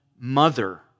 mother